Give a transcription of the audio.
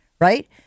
Right